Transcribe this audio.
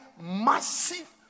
massive